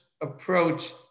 approach